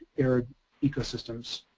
arid ecosystems.